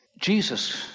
Jesus